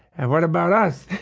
and what about us?